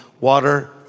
Water